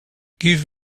give